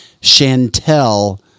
Chantel